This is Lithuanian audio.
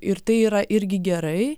ir tai yra irgi gerai